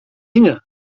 dinge